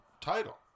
title